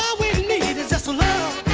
we need is just to love